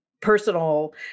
personal